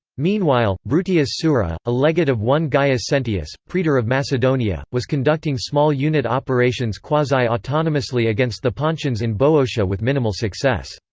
meanwhile, bruttius sura, a legate of one gaius sentius, praetor of macedonia, was conducting small-unit operations quasi-autonomously against the pontians in boeotia with minimal success.